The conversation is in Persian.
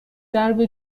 درب